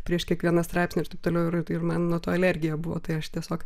prieš kiekvieną straipsnį ir taip toliau ir ir man nuo to alergija buvo tai aš tiesiog